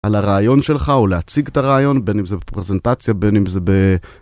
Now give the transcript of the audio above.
על הרעיון שלך או להציג את הרעיון בין אם זה פרזנטציה בין אם זה ב.